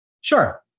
sure